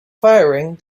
firing